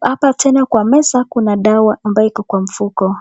hapa tena kwa meza kuna dawa ambayo iko kwa mfuko.